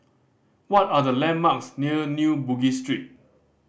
what are the landmarks near New Bugis Street